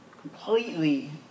Completely